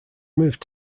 moved